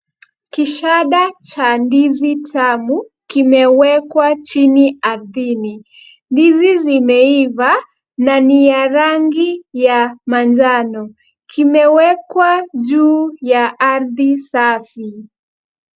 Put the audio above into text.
Kishada cha ndizi tamu kimewekwa chini ardhini. Ndizi zimeiva na ni ya rangi manjano. Kimewekwa juu ya ardhi safi.